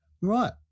right